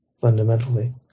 fundamentally